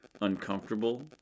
uncomfortable